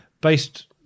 based